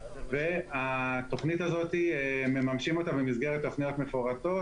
את התוכנית הזאת ממשמים במסגרת תוכניות מפורטות,